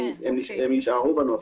הן יישארו בנוסח.